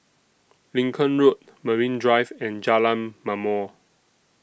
Lincoln Road Marine Drive and Jalan Ma'mor